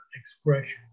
expression